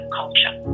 culture